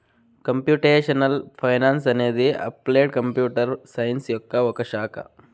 computational finance అనేది applied computer science యొక్క ఒక శాఖ